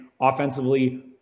offensively